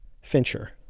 Fincher